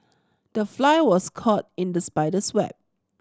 the fly was caught in the spider's web